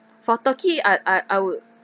for turkey I I I would